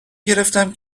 گرفتم